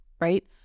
right